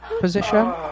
position